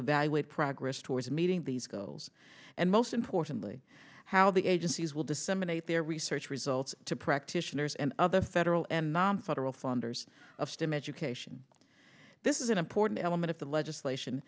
evaluate progress towards meeting these goals and most importantly how the agencies will disseminate their research results to practitioners and other federal and nonfederal funders of stim education this is an important element of the legislation